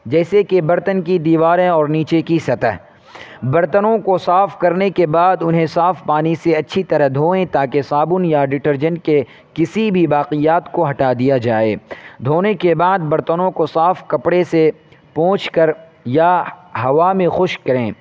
جیسے کہ برتن کی دیواریں اور نیچے کی سطح برتنوں کو صاف کرنے کے بعد انہیں صاف پانی سے اچھی طرح دھوئیں تاکہ صابن یا ڈیٹرجنٹ کے کسی بھی باقیات کو ہٹا دیا جائے دھونے کے بعد برتنوں کو صاف کپڑے سے پونچھ کر یا ہوا میں خشک کریں